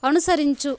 అనుసరించు